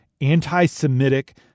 anti-Semitic